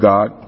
God